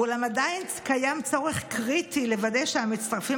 אולם עדיין קיים צורך קריטי לוודא שהמצטרפים